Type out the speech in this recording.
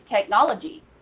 technology